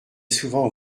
souvent